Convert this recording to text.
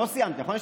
לא סיימתי, נכון?